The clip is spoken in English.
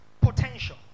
potential